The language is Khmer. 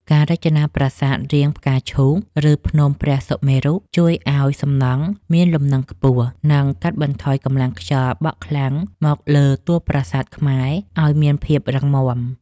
ការរចនាប្រាសាទរាងផ្កាឈូក ឬ ភ្នំព្រះសុមេរុជួយឱ្យសំណង់មានលំនឹងខ្ពស់ និង កាត់បន្ថយកម្លាំងខ្យល់បក់ខ្លាំងមកលើតួប្រាសាទខ្មែរឱ្យមានភាពរឹងមាំ។